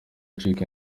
acika